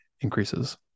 increases